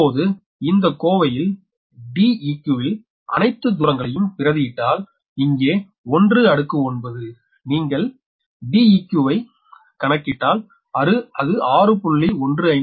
இப்போது இந்த கோவையில் Deq ல் அணைத்து தூரங்களையும் பிரதியிட்டால் இங்கே 1 அடுக்கு 9 நீங்கள் Deq வை கணக்கிட்டால் அது 6